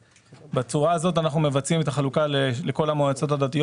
ובצורה הזאת אנחנו מבצעים את החלוקה לכל המועצות הדתיות